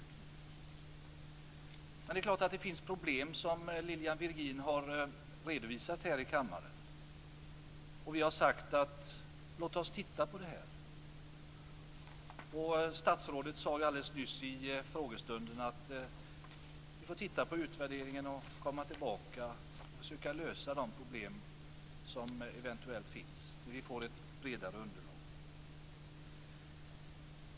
Men det är klart att det finns problem som Lilian Virgin har redovisat här i kammaren. Vi har sagt: Låt oss titta på det här. Statsrådet sade alldeles nyss i frågestunden: Vi får titta på utvärderingen och komma tillbaka och försöka lösa de problem som eventuellt finns när vi får ett bredare underlag.